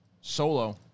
solo